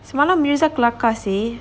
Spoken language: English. semalam mirza kelakar seh